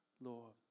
Lord